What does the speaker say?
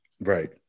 right